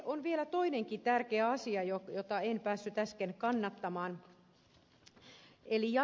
on vielä toinenkin tärkeä asia jota en päässyt äsken kannattamaan